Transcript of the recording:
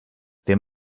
there